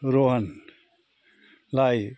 रोहनलाई